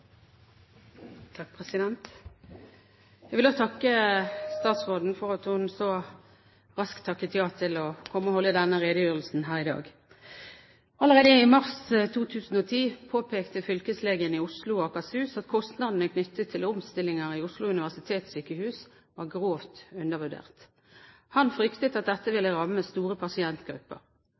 Jeg vil takke statsråden for at hun så raskt takket ja til å komme og holde denne redegjørelsen her i dag. Allerede i mars 2010 påpekte fylkeslegen i Oslo og Akershus at kostnadene knyttet til omstillinger ved Oslo universitetssykehus var grovt undervurdert. Han fryktet at dette ville ramme store pasientgrupper.